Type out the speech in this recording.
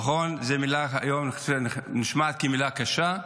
נכון, זו מילה שנשמעת היום כמילה קשה,